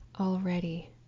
already